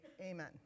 Amen